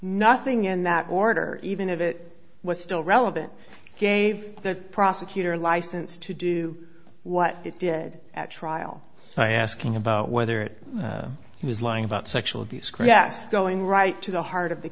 nothing in that order even if it was still relevant gave the prosecutor license to do what it did at trial by asking about whether it was lying about sexual abuse crass going right to the heart of the